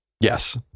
yes